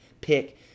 pick